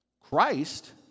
Christ